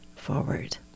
Forward